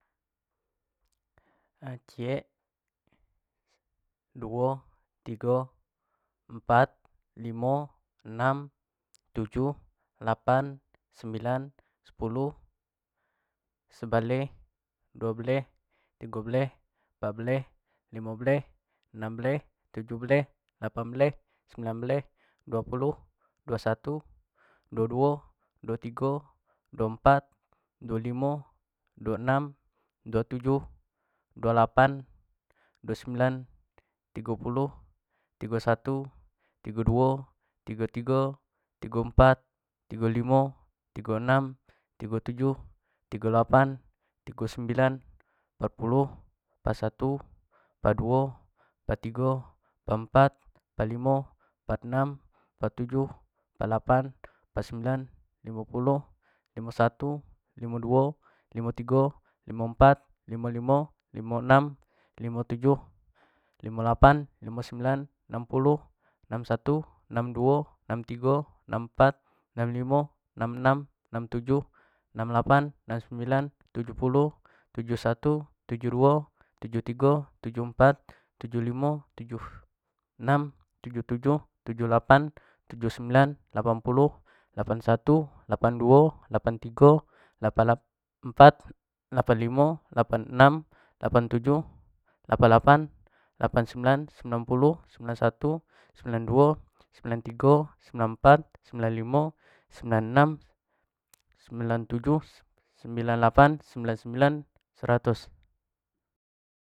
Ciek, duo, tigo, empat, limo, enm, tujuh, lapan, sembilan, sepuluh, sebelas, duo belas, tigo belas, empat belas, limo belas, enam belas, tujuh belas, lapan belas, sembilan belas, duo puluh, duo satu, dudo duo, duo tigo, duo emapt, duo limo, duo enam, duo tujuh, duo lapan, duo sembilan, tigo puluh, tigo satu, tigo duo, tigo tigo, tigo empat, tigo limo, tigo enam, tigo tujuh, tigo lapan, tigo sembilan, empat puluh, empat satu, empat duo, empat tigo, empat empat, empat limo, empat enam, empat tujuh, empat lapan, empat sembilan, limo puluh, limo satu, limo duo, limo tigo, limo empat, limo limo, limo enam, limo tujuh, limo lapan, limo sembilan, enam puluh, enam satu, enam duo, enam tigo, enam empat, enam limo, enam enam, enam tujuhme nam lapan, enam sembilan, tujuh puluh, tujuh satu, tujuh duo, tujuh tigo, tujuh empat, tujuh limo, tujuh enam, tujuh tutjuh, tujuh lapan, tujuh sembilan, lapan puluh lapan satu, lapan duo, lapan tigo, lapan empat, lapan limo, lapan enam, lapan tujuh, lapan sembilan, sembilan puluh, sembilan satu, sembilan duo, sembilan tigo, sembilan empat, sembilan limo, sembilan enam, sembilan tujuh, sembilan lapan sembilan sembilan, sertus.